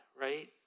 right